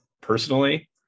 personally